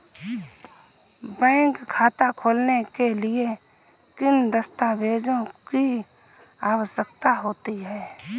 Bank खाता खोलने के लिए किन दस्तावेजों की आवश्यकता होती है?